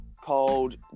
called